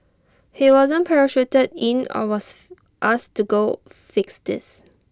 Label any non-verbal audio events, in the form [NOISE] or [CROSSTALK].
he wasn't parachuted in or was [NOISE] asked to go fix this